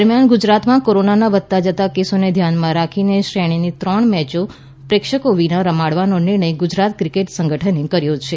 દરમિયાન ગુજરાતમાં કોરોનાના વધતા જતા કેસોને ધ્યાનમાં રાખીને શ્રેણીની ત્રણ મેચો પ્રેક્ષકો વિના રમાડવાનો નિર્ણય ગુજરાત ક્રિકેટ સંગઠને કર્યો છે